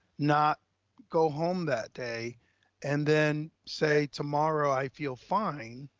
not go home that day and then say tomorrow, i feel fine,